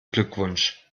glückwunsch